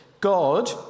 God